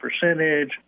percentage